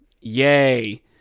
Yay